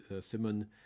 simon